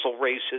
races